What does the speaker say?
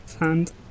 hand